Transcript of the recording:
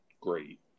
great